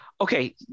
Okay